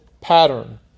pattern